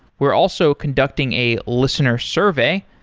we're also conducting a listener survey.